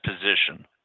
position